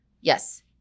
yes